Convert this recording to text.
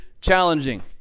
challenging